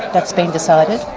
that's been decided?